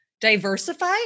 diversify